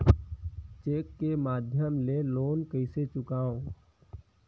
Cheque के माध्यम ले लोन कइसे चुकांव?